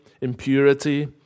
impurity